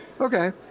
Okay